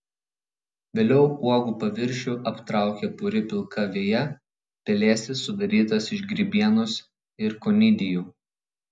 vėliau uogų paviršių aptraukia puri pilka veja pelėsis sudarytas iš grybienos ir konidijų